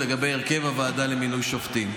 לגבי הרכב הוועדה למינוי שופטים.